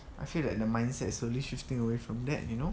I feel that the mindset is slowly shifting away from that you know